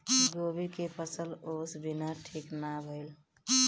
गोभी के फसल ओस बिना ठीक ना भइल